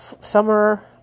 summer